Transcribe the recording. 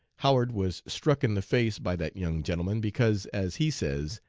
howard was struck in the face by that young gentleman, because as he says,